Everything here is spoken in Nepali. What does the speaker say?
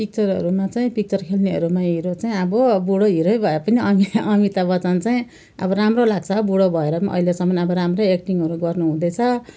पिक्चरहरूमा चाहिँ पिक्चर खेल्नेहरूमा हिरो चाहिँ अब बुढो हिरै भए पनि अमि अमिताभ बच्चन चाहिँ अब राम्रो लाग्छ बुढो भएर पनि अहिलेसम्म अब राम्रै एक्टिङहरू गर्नुहुँदैछ